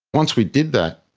once we did that,